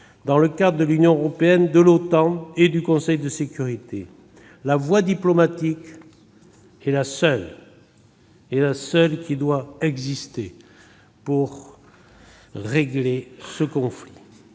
dans le cadre de l'Union européenne, de l'OTAN et du Conseil de sécurité. La voie diplomatique est la seule qui doive être empruntée pour régler ce conflit.